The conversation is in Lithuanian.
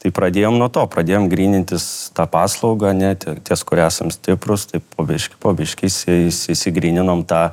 tai pradėjom nuo to pradėjom grynintis tą paslaugą ane tie ties kuria esam stiprūs tai po biškį po biškį išsi išsigryninom tą